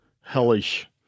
hellish